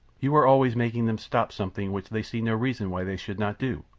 you are always making them stop something which they see no reason why they should not do.